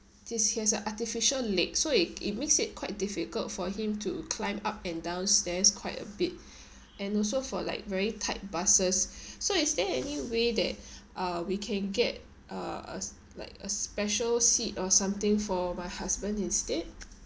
this he has a artificial leg so it it makes it quite difficult for him to climb up and down stairs quite a bit and also for like very tight buses so is there any way that uh we can get uh us like a special seat or something for my husband instead